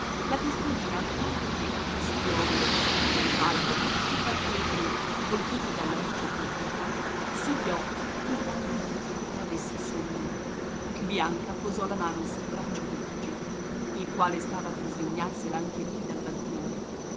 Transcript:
la testolina alquanto piegata sull'omero le palpebre che battevano colpite dalla luce più viva sugli occhi illanguiditi come avesse sonno bianca posò la mano sul braccio del cugino il quale stava per svignarsela anche lui dal balcone